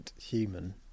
human